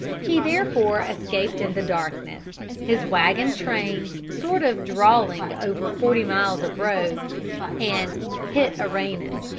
he therefore escaped in the darkness, his wagon-trains sort of drawling over forty miles of road and hit a-rainin'.